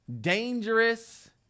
Dangerous